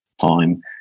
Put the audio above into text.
time